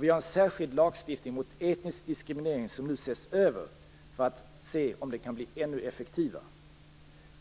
Vi har en särskild lagstiftning mot etnisk diskriminering som nu ses över för att man skall se om den kan bli ännu effektivare.